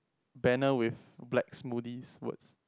banner with black smoothies words